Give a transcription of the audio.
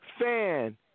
fan